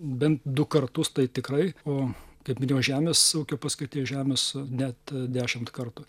bent du kartus tai tikrai o kaip minėjau žemės ūkio paskirties žemės net dešimt kartų